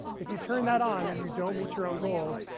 if you turn that on, and you don't meet your own goals,